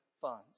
funds